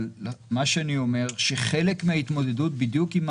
מה שאני אומר הוא שחלק מההתמודדות בדיוק עם